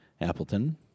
Appleton